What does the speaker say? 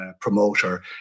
promoter